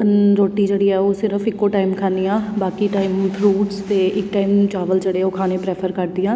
ਅਨ ਰੋਟੀ ਜਿਹੜੀ ਆ ਉਹ ਸਿਰਫ਼ ਇੱਕੋ ਟਾਈਮ ਖਾਂਦੀ ਹਾਂ ਬਾਕੀ ਟਾਈਮ ਫਰੂਟਸ ਅਤੇ ਇੱਕ ਟਾਈਮ ਚਾਵਲ ਜਿਹੜੇ ਉਹ ਖਾਣੇ ਪ੍ਰੈਫਰ ਕਰਦੀ ਹਾਂ